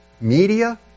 media